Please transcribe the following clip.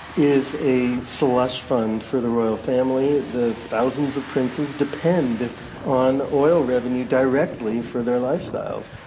is a slush fund for the royal family. the thousands of princes depend on oil revenue directly for their lifestyles.